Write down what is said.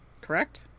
Correct